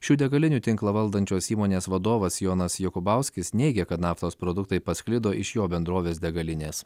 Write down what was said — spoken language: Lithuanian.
šių degalinių tinklą valdančios įmonės vadovas jonas jokubauskis neigia kad naftos produktai pasklido iš jo bendrovės degalinės